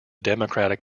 democratic